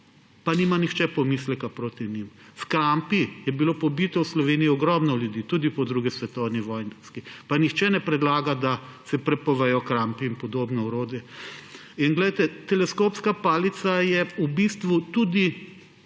pa nima nihče pomisleka proti njim. S krampi je bilo pobitih v Sloveniji ogromno ljudi tudi po drugi svetovni vojni, pa nihče ne predlaga, da se prepovejo krampi in podobno orodje. In glejte, teleskopska palica je v bistvu